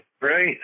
right